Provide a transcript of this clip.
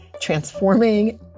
transforming